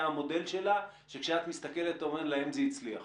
המודל שלה שכשאת מסתכלת ואומרת: להם זה הצליח?